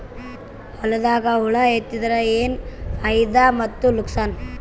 ಹೊಲದಾಗ ಹುಳ ಎತ್ತಿದರ ಏನ್ ಫಾಯಿದಾ ಮತ್ತು ನುಕಸಾನ?